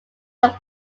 have